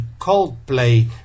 Coldplay